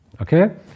okay